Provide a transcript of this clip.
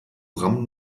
rammen